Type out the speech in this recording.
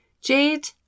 jade